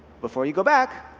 before you go back,